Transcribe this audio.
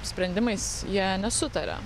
sprendimais jie nesutaria